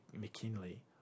McKinley